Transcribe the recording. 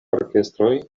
orkestroj